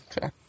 Okay